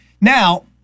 now